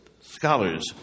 scholars